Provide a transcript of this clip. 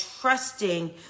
trusting